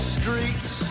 streets